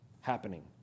happening